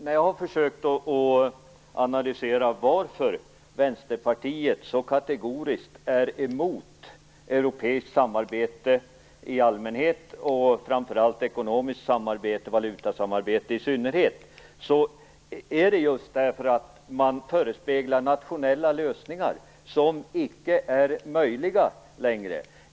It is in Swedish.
När jag har försökt analysera varför Vänsterpartiet så kategoriskt är emot europeiskt samarbete i allmänhet och ekonomiskt samarbete i synnerhet har jag kommit fram till att det beror på att Vänsterpartiet förespeglar nationella lösningar som icke är möjliga längre.